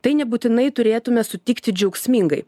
tai nebūtinai turėtume sutikti džiaugsmingai